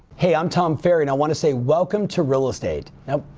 hey, i'm tom ferry and i wanna say welcome to real estate. now,